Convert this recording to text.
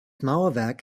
mauerwerk